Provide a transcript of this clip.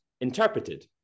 interpreted